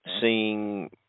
seeing